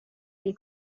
they